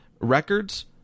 Records